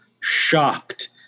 shocked